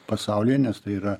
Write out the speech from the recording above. pasaulyje nes tai yra